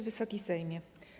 Wysoki Sejmie!